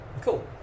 Cool